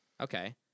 okay